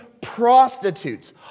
prostitutes